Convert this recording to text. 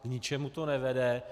K ničemu to nevede.